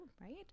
right